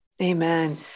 Amen